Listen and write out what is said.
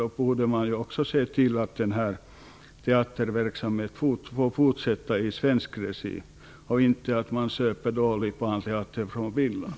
Då borde man också se till att den här teaterverksamheten får fortsätta i svensk regi och att man inte behöver köpa dålig barnteater från Finland.